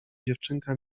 dziewczynka